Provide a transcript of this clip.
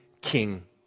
king